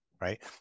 Right